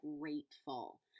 grateful